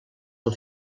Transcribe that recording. del